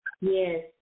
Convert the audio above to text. Yes